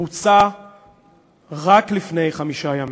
בוצע רק לפני חמישה ימים.